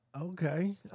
Okay